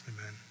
Amen